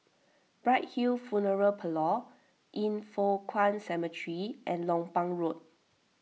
Bright Hill Funeral Parlour Yin Foh Kuan Cemetery and Lompang Road